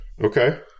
Okay